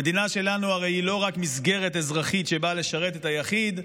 הרי המדינה שלנו היא לא רק מסגרת אזרחית שבאה לשרת את היחיד,